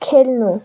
खेल्नु